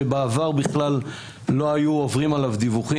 שבעבר בכלל לא היה עובר דיווח,